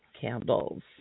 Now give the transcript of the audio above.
candles